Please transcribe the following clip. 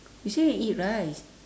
you say you want eat rice